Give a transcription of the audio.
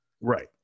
right